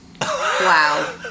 Wow